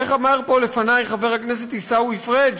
איך אמר פה לפני חבר הכנסת עיסאווי פריג':